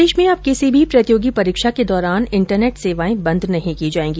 प्रदेश में अब किसी भी प्रतियोगी परीक्षा के दौरान इंटरनेट सेवाएं बंद नहीं की जायेगी